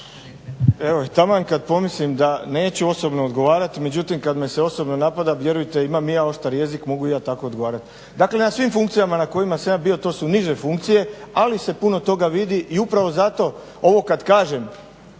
Fred** Taman kada pomislim da neću osobno odgovarati međutim kada me se osobno napade, vjerujte imam i ja oštar jezik mogu i ja tako odgovarati. Dakle na svim funkcijama na kojima sam ja bio to su niže funkcije ali se puno toga vidi i upravo zato ovo kada kažem